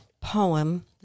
poem